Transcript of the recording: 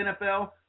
NFL